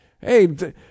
Hey